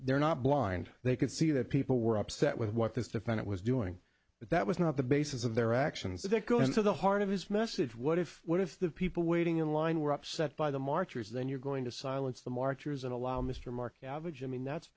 they are not blind they could see that people were upset with what this defendant was doing but that was not the basis of their actions that go into the heart of his message what if what if the people waiting in line were upset by the marchers then you're going to silence the marchers and allow mr market average i mean that's